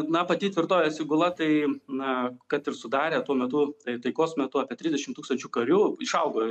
na pati tvirtovės įgula tai na kad ir sudarė tuo metu tai taikos metu apie trisdešim tūkstančių karių išaugo